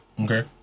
Okay